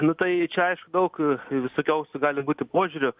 nu tai čia aišku daug visokiausių gali būti požiūrių